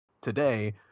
today